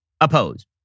oppose